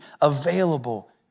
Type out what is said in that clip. available